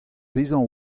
bezañ